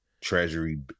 treasury